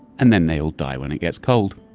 and then they all die when it gets cold.